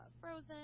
frozen